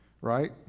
right